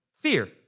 Fear